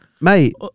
Mate